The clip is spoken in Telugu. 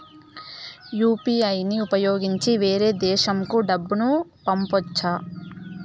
యు.పి.ఐ ని ఉపయోగించి వేరే దేశంకు డబ్బును పంపొచ్చా?